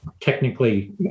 technically